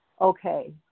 okay